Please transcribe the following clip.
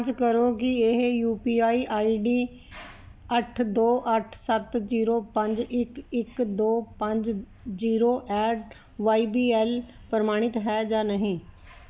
ਕਰੋ ਕੀ ਇਹ ਯੂ ਪੀ ਆਈ ਆਈਡੀ ਅੱਠ ਦੋ ਅੱਠ ਸੱਤ ਜੀਰੋ ਪੰਜ ਇੱਕ ਇੱਕ ਦੋ ਪੰਜ zero eight Y B L ਪ੍ਰਮਾਣਿਤ ਹੈ ਜਾਂ ਨਹੀਂ